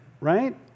right